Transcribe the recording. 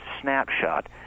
snapshot